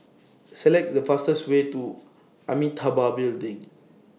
Select The fastest Way to Amitabha Building